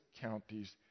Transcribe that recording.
counties